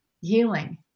healing